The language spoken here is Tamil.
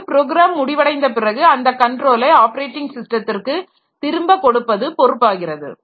பிறகு ப்ரோக்ராம் முடிவடைந்த பிறகு அந்த கண்ட்ரோலை ஆப்பரேட்டிங் ஸிஸ்டத்திற்கு திரும்ப கொடுப்பது பொறுப்பாகிறது